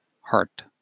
heart